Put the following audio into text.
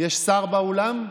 יש שר באולם?